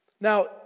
Now